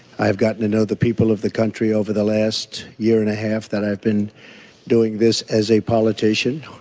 i have gotten to know the people of the country over the last year and a half that i have been doing this as a politician.